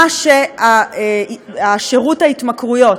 השירות להתמכרויות,